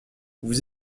vous